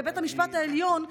בבית המשפט העליון,